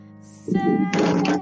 Say